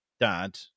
dad